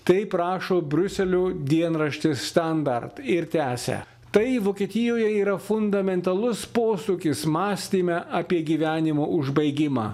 taip rašo briuselio dienraštis standart ir tęsia tai vokietijoje yra fundamentalus posūkis mąstyme apie gyvenimo užbaigimą